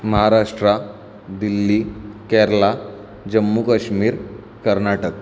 Maharashtra Delhi Kerala Jammu Kashmir Karnataka